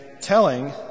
telling